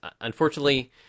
unfortunately